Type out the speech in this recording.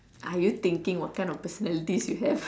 are you thinking what kind of personalities you have